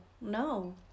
no